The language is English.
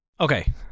Okay